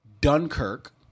Dunkirk